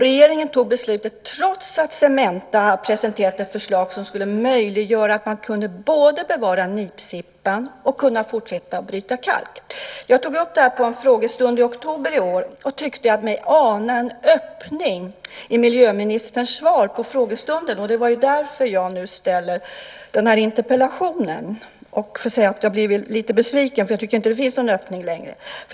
Regeringen tog beslutet trots att Cementa presenterat ett förslag som skulle göra det möjligt att både bevara nipsippan och fortsätta bryta kalk. Jag tog upp denna fråga på en frågestund i oktober i år, och jag tyckte mig ana en öppning i miljöministerns svar. Det är därför jag har framställt denna interpellation. Jag måste säga att jag blev besviken eftersom jag inte tycker att det finns någon öppning längre.